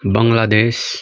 Bangladesh